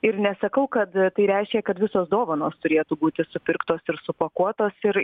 ir nesakau kad tai reiškia kad visos dovanos turėtų būti supirktos ir supakuotos ir